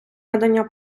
надання